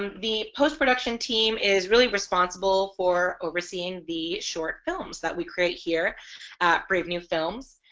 um the post-production team is really responsible for overseeing the short films that we create here at brave new films